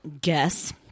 guess